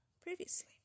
previously